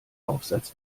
aufsatz